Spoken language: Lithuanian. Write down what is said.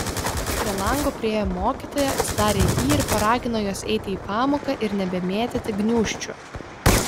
prie lango priėjo mokytoja atsidarė jį ir paragino juos eiti į pamoką ir nebemėtyti gniūžčių